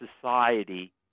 society